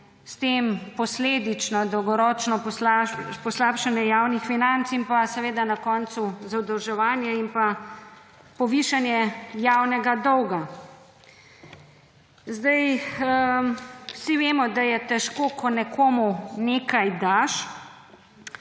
s tem posledično dolgoročno poslabšanje javnih financ in pa seveda na koncu zadolževanje in pa povišanje javnega dolga. Vsi vemo, da je, ko nekomu nekaj daš,